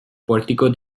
portico